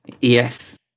Yes